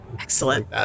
Excellent